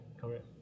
Correct